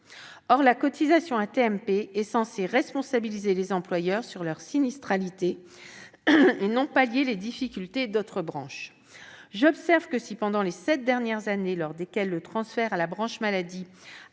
Or, la cotisation AT-MP est censée responsabiliser les employeurs sur leur sinistralité, et non pallier les difficultés d'autres branches. J'observe que, si pendant les sept dernières années, lors desquelles le transfert à la branche maladie